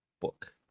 Book